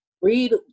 read